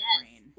Yes